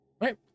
Right